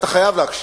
אתה חייב להקשיב.